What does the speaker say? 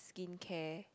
skincare